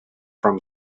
from